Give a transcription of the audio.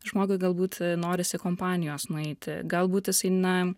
žmogui galbūt norisi kompanijos nueiti galbūt jisai na